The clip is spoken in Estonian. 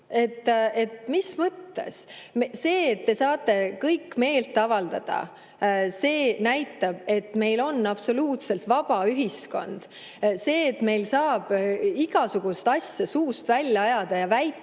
mis mõttes! See, et te saate kõik meelt avaldada, näitab, et meil on absoluutselt vaba ühiskond. See, et meil saab igasuguseid asju suust välja ajada ja väita